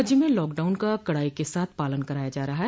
राज्य में लॉकडाउन का कड़ाई के साथ पालन कराया जा रहा है